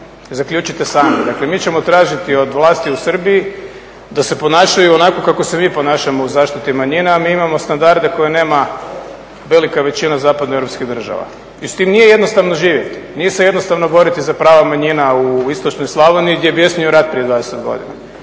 zaključite sami. Dakle, mi ćemo tražiti od vlasti u Srbiji da se ponašaju onako kako se mi ponašamo u zaštiti manjina, a mi imamo standarde koje nema velika većina zapadno-europskih država i s tim nije jednostavno živjeti, nije se jednostavno boriti za prava manjina u istočnoj Slavoniji gdje je bjesnio rat prije 20 godina